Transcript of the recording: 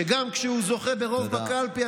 שכשגם כשהוא זוכה ברוב בקלפי,